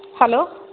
hello